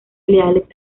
leales